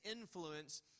influence